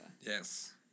Yes